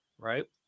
right